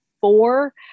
four